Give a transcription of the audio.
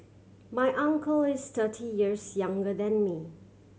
my uncle is thirty years younger than me